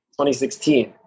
2016